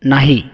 नाही